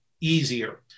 easier